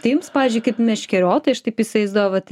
tai jums pavyzdžiui kaip meškeriotojai aš taip įsivaizduoju vat